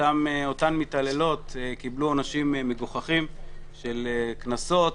אותן מתעללות קיבלו עונשים מגוחכים של קנסות,